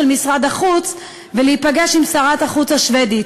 משרד החוץ ולהיפגש עם שרת החוץ השבדית.